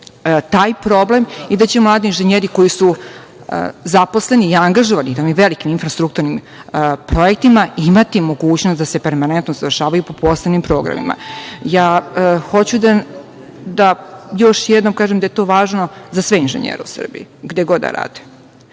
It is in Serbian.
taj problem i da će mladi inženjeri koji su zaposleni i angažovani na ovim velikim infrastrukturnim projektima imati mogućnost da se permanentno usavršavaju po posebnim programima. Hoću još jednom da kažem da je to važno za sve inženjere u Srbiji, gde god da rade